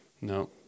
No